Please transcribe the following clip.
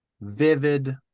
vivid